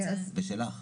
ושלך.